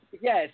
Yes